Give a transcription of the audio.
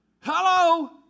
Hello